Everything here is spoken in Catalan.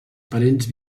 parents